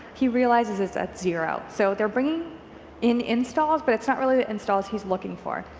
he realizes it's at zero. so they're bringing in installs, but it's not really the installs he's looking for.